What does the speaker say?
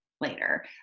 later